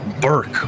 Burke